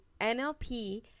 nlp